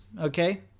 Okay